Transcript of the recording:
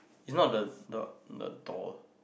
it's not the the the doll